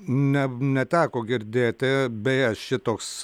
ne neteko girdėti beje šitoks